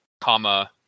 comma